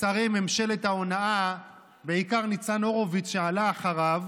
רק המצרי הזה יעזור לנו לטפל בהם.